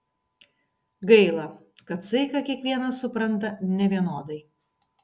gaila kad saiką kiekvienas supranta nevienodai